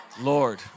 Lord